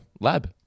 lab